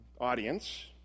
audience